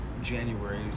January